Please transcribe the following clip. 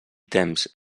temps